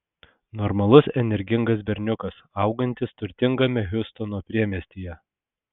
normalus energingas berniukas augantis turtingame hjustono priemiestyje